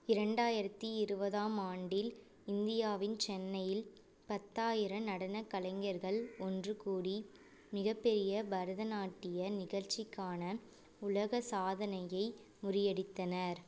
இரண்டாயிரத்து இருபதாம் ஆண்டில் இந்தியாவின் சென்னையில் பத்தாயிரம் நடனக் கலைஞர்கள் ஒன்றுகூடி மிகப்பெரிய பரதநாட்டிய நிகழ்ச்சிக்கான உலக சாதனையை முறியடித்தனர்